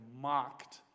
mocked